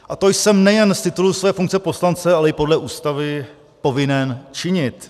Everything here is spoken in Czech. A to jsem nejen z titulu své funkce poslance, ale i podle Ústavy povinen činit.